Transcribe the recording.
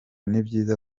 nibyiza